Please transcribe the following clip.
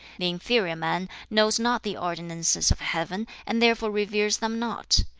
the inferior man knows not the ordinances of heaven and therefore reveres them not,